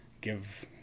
give